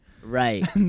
Right